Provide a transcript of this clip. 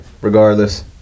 Regardless